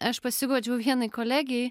aš pasiguodžiau vienai kolegei